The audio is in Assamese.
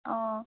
অঁ